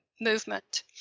movement